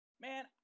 man